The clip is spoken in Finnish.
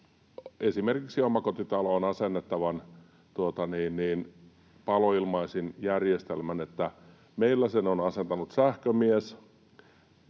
Esimerkiksi omakotitaloon asennettavan paloilmaisinjärjestelmän meille on asentanut sähkömies,